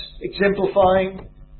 exemplifying